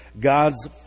God's